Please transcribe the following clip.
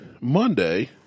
Monday